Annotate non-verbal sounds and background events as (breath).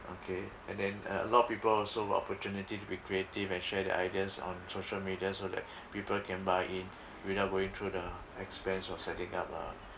okay and then uh a lot of people also opportunity to be creative and share their ideas on social media so that (breath) people can buy in without going through the expense of setting up a